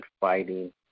fighting